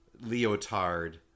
leotard